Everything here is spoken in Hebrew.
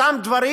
אותם דברים.